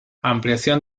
ampliación